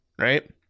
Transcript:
right